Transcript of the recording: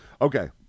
Okay